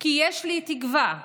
כי יש לי תקווה,